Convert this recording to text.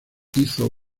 hizo